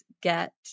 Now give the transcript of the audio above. get